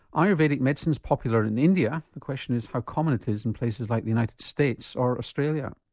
ah ayurvedic medicine is popular in india the question is how common it is in placed like the united states or australia.